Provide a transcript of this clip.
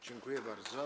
Dziękuję bardzo.